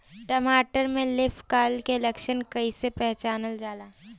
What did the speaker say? टमाटर में leaf curl के लक्षण कइसे पहचानल जाला?